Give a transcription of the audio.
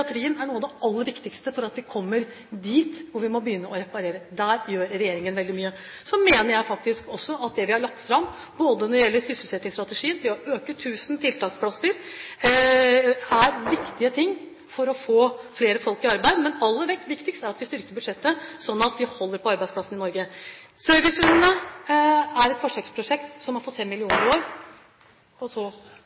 er noe av det aller viktigste før vi kommer dit hvor vi må begynne å reparere. Der gjør regjeringen veldig mye. Så mener jeg at det vi har lagt fram, både når det gjelder sysselsettingsstrategien og det å øke med 1 000 tiltaksplasser, er viktige ting for å få flere folk i arbeid. Men aller viktigst er det at vi styrker budsjettet slik at vi holder på arbeidsplassene i Norge. Et forsøksprosjekt med servicehund har fått